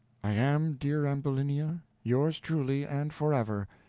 i am, dear ambulinia, yours truly, and forever,